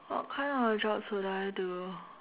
what kind of jobs will I do